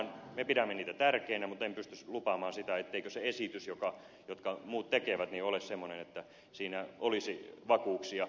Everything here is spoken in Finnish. me pidämme niitä tärkeinä mutta en pysty lupaamaan sitä etteikö se esitys jonka muut tekevät olisi semmoinen että siinä olisi vakuuksia